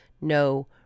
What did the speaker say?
no